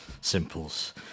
Simples